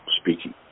speaking